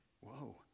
Whoa